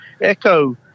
echo